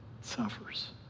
suffers